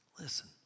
listen